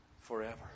forever